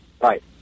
Right